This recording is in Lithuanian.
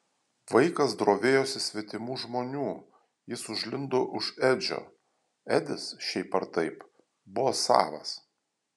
vaikas drovėjosi svetimų žmonių jis užlindo už edžio edis šiaip ar taip buvo savas